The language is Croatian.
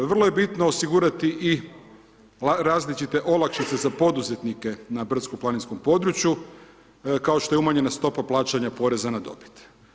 Vrlo je bitno osigurati i različite olakšice za poduzetnike na brdsko planinskom području kao što je umanjena stopa plaćanja poreza na dobit.